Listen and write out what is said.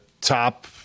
top